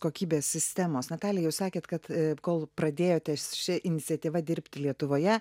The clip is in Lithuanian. kokybės sistemos natalija jūs sakėt kad kol pradėjote su šia iniciatyva dirbti lietuvoje